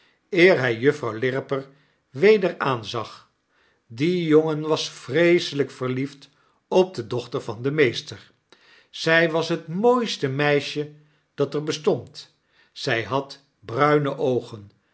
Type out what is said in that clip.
juffrouw lirriper weder aanzag die jongen was vreeselijk verliefd op de dochter van den meester zij was het mooiste meisje dat er bestond zij had bruine oogen